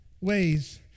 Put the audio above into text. ways